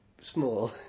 small